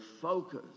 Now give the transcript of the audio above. focus